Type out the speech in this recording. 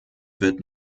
wird